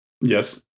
Yes